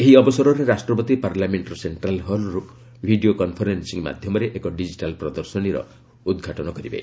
ଏହି ଅବସରରେ ରାଷ୍ଟ୍ରପତି ପାର୍ଲାମେଣ୍ଟର ସେଖ୍ଟ୍ରାଲ୍ ସ ହଲ୍ରୁ ଭିଡ଼ିଓ କନଫରେନ୍ସିଂ ମାଧ୍ୟମରେ ଏକ ଡିଜିଟାଲ୍ ପ୍ରଦର୍ଶନୀର ଉଦ୍ଘାଟନୀ କରିବେ